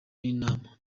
n’imana